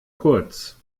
kurz